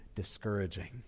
discouraging